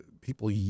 people